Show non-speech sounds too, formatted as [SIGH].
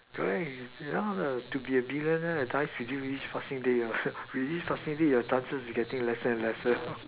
correct you want to be a billionaire dies with dreams with each passing day [NOISE] with each passing day your chances is getting lesser and lesser [NOISE]